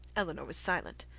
elinor was silent.